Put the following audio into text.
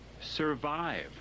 survive